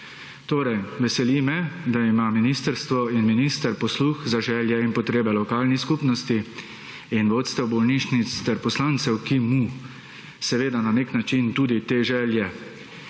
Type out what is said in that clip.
Torej veseli me, da ima ministrstvo in minister posluh za želje in potrebe lokalnih skupnosti in vodstev bolnišnic ter poslancev, ki mu seveda na nek način tudi te želje